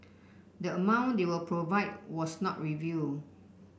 the amount they will provide was not revealed